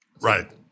Right